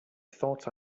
thought